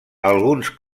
alguns